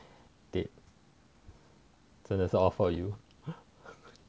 dead 真的是 all four U